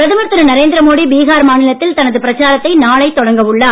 பிரதமர் திரு நரேந்திரமோடி பீகார் மாநிலத்தில் தனது பிரச்சாரத்தை நாளை தொடங்க உள்ளார்